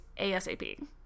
ASAP